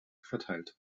verteilt